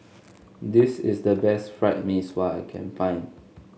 this is the best Fried Mee Sua I can find